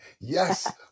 Yes